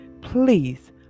Please